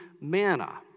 manna